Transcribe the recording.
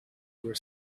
were